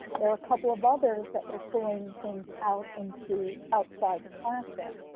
there were a couple of others that were pulling things out into, outside the classroom,